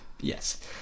yes